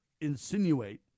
insinuate